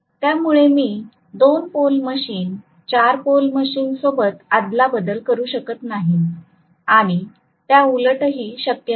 त्यामुळे मी 2 pole machine 4 pole machine सोबत अदला बदल करू शकत नाही आणि त्याउलटही शक्य नाही